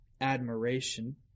Admiration